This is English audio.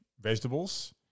vegetables